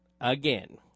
again